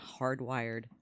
hardwired